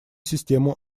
систему